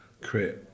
create